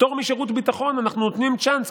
בפטור משירות ביטחון אנחנו נותנים צ'אנס,